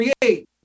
create